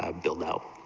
ah buildup